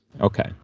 Okay